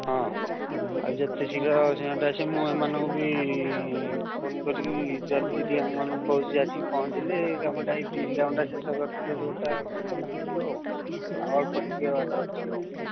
ହଁ ଆଉ ଯେତେ ଶୀଘ୍ର ସିମେଣ୍ଟ୍ ଆସିବ ମୁଁ ଏମାନଙ୍କୁ ବି ଫୋନ୍ କରିକି ଜଲ୍ଦି ଟିକିଏ ଏମାନଙ୍କୁ କହୁଛି ଆସିକି ପହଞ୍ଚିଲେ ଏହି ବ୍ରିଜ୍ କାମଟା ଶେଷ କରିଦେଲେ ରୋଡ଼୍ଟା କନେକ୍ସନ୍ ହୋଇଯିବ ଆଉ ଆଉ ଅଳ୍ପ ଟିକିଏ ବାଟ ଅଛି ଆଉ